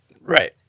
Right